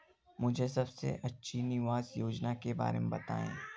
मुझे सबसे अच्छी निवेश योजना के बारे में बताएँ?